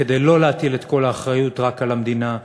וכדי לא להטיל את כל האחריות רק על המדינה,